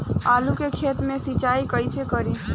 आलू के खेत मे सिचाई कइसे करीं?